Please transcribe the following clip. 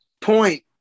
point